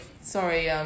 sorry